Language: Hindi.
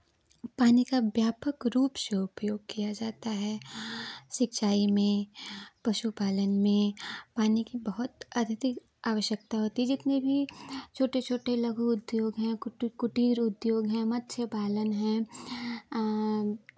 पानी का व्यापक रूप से उपयोग किया जाता है सिंचाई में पशु पालन में पानी की बहुत अत्यधिक आवश्यकता होती है जितनी भी छोटे छोटे लघु उद्योग हैं कुटू कुटीर उद्योग हैं मत्स्य पालन है